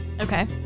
Okay